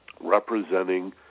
representing